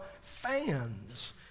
fans